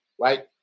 right